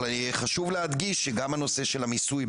אבל חשוב להדגיש שגם הנושא של המיסוי,